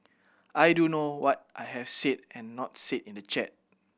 I do know what I have said and not said in the chat